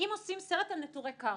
אם עושים סרט על נטורי קרתא,